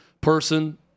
person